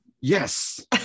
Yes